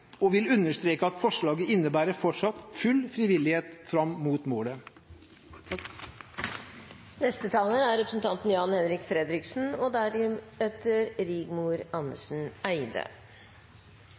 og vil understreke at forslaget innebærer fortsatt full frivillighet fram mot målet.